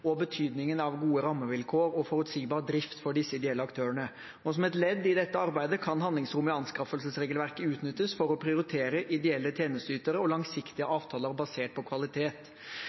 og betydningen av gode rammevilkår og forutsigbar drift for disse ideelle aktørene. Som et ledd i dette arbeidet kan handlingsrommet i anskaffelsesregelverket utnyttes for å prioritere ideelle tjenesteytere og langsiktige avtaler basert på kvalitet.